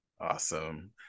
awesome